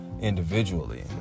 individually